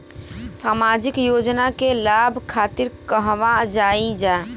सामाजिक योजना के लाभ खातिर कहवा जाई जा?